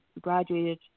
graduated